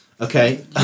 Okay